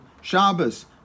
Shabbos